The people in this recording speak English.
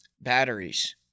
Batteries